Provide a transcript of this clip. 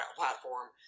platform